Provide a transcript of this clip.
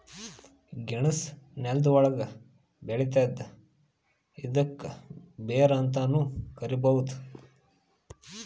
ಗೆಣಸ್ ನೆಲ್ದ ಒಳ್ಗ್ ಬೆಳಿತದ್ ಇದ್ಕ ಬೇರ್ ಅಂತಾನೂ ಕರಿಬಹುದ್